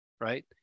right